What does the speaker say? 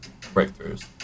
breakthroughs